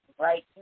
right